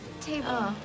Table